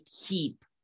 keep